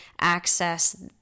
access